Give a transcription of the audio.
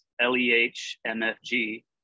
L-E-H-M-F-G